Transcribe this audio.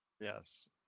yes